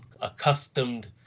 accustomed